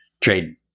trade